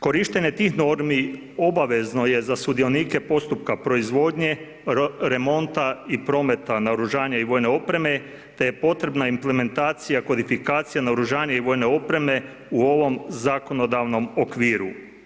Korištenje tih normi obavezno je za sudionike postupka proizvodnje remonta i prometa naoružanja i vojne opreme te je potrebna implementacija, kodifikacija naoružanja i vojne opreme u ovom zakonodavnom okviru.